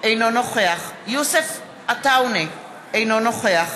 אינו נוכח יוסף עטאונה, אינו נוכח